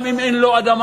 גם אם אין לו אדמה,